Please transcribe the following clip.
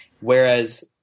Whereas